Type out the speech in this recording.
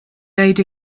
laid